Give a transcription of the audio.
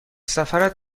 سفرت